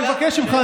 אני מבקש ממך,